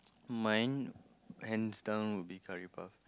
mine hands down would be curry puff